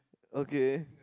okay